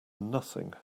nothing